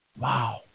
wow